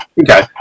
Okay